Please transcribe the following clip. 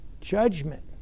judgment